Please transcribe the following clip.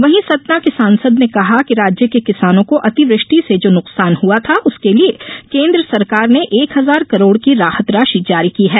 वहीं सतना के सांसद ने कहा है कि राज्य के किसानों को अतिवृष्टि से जो नुकसान हुआ था उसके लिए केन्द्र सरकार ने एक हजार करोड़ की राहत राशि जारी की है